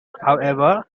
however